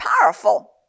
powerful